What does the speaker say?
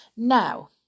Now